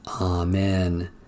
Amen